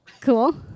Cool